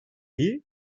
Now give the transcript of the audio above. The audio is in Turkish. iyi